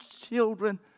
children